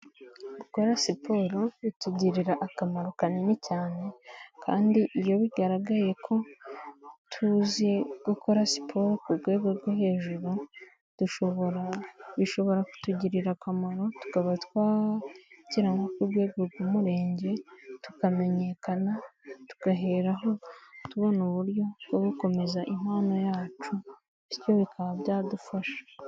Gukora siporo bitugirira akamaro kanini cyane, kandi iyo bigaragaye ko tuzi gukora siporo ku rwego rwo hejuru, dushobora bishobora kutugirira akamaro tukaba twagera nko ku rwego rw'umurenge tukamenyekana, tugaheraho tubona uburyo bwo gukomeza impano yacu, bityo bikaba byadufasha.